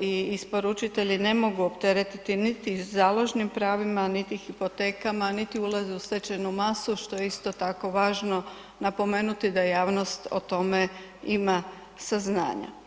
i isporučitelji ne mogu opteretiti niti založnim pravima, niti hipotekama, niti ulaze u stečajnu masu, što je isto tako važno napomenuti da javnost o tome ima saznanja.